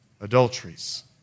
adulteries